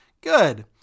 Good